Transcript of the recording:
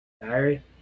diary